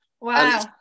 Wow